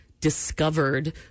discovered